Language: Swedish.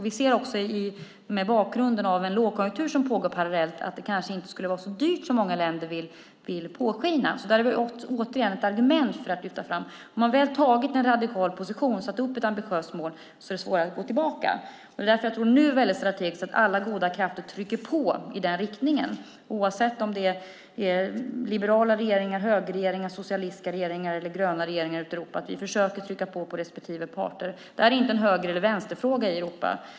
Vi ser också, mot bakgrund av den lågkonjunktur som pågår parallellt, att det kanske inte skulle vara så dyrt som många länder vill påskina. Där har vi alltså ett argument att lyfta fram, och har man väl intagit en radikal position och satt upp ett ambitiöst mål är det svårare att gå tillbaka. Därför tror jag att det nu är väldigt strategiskt att alla goda krafter trycker på respektive parter i den riktningen, oavsett om det är liberala regeringar, högerregeringar, socialistiska regeringar eller gröna regeringar ute i Europa. Det här är ingen höger eller vänsterfråga i Europa.